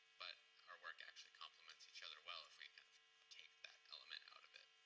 but our work actually complements each other well if we kind of take that element out of it.